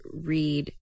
read